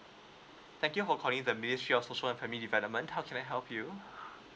thank you for calling the ministry of social and family development how can I help you